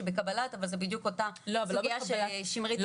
בקבלת אבל זו בדיוק אותה סוגיה ששמרית דיברה עליה קודם.